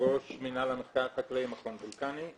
ראש מינהל המחקר החקלאי, מכון וולקני.